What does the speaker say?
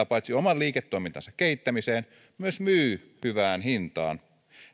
paitsi käyttää oman liiketoimintansa kehittämiseen myös myy hyvään hintaan